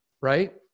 right